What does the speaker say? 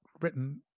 written